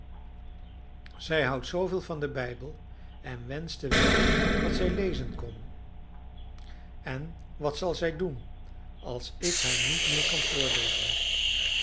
zij houdt zooveel van den bijbel en wenschte wel dat zij lezen kon en wat zal zij doen als ik haar niet meer kan voorlezen